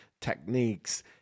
techniques